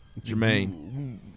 Jermaine